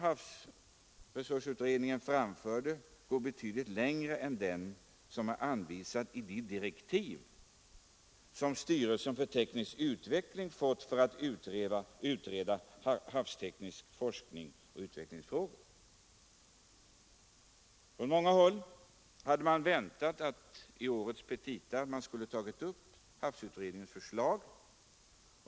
Havsresursutredningens målsättning går betydligt längre än den som anvisas i de direktiv som styrelsen för teknisk utveckling fått för att utreda formerna för havstekniska forskningsoch utvecklingsinsatser. Från många håll hade man väntat att havsresursutredningens förslag skulle ha tagits upp i årets petita.